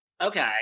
Okay